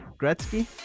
Gretzky